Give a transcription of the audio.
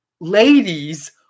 ladies